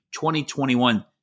2021